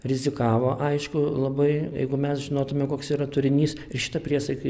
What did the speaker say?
rizikavo aišku labai jeigu mes žinotume koks yra turinys ir šita priesaika